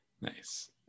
Nice